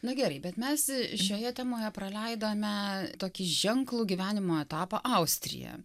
na gerai bet mes šioje temoje praleidome tokį ženklų gyvenimo etapą austrija